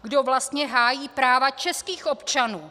Kdo vlastně hájí práva českých občanů?